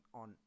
on